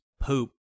poop